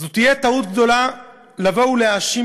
זו תהיה טעות גדולה לבוא ו"להאשים"